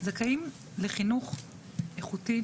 זכאים לחינוך איכותי,